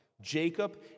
Jacob